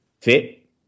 fit